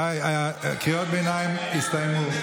די, קריאות הביניים הסתיימו.